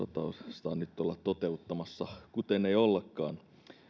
vappusatasta nyt olla toteuttamassa kuten ei ollakaan